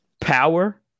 power